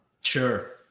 Sure